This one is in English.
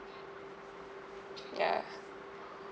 ya